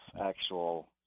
actual –